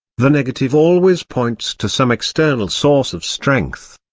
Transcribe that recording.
the negative always points to some external source of strength.